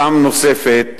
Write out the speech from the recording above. פעם נוספת,